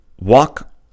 walk